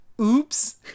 oops